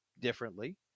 differently